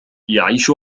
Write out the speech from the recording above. يعيش